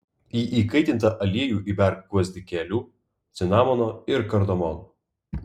į įkaitintą aliejų įberk gvazdikėlių cinamono ir kardamono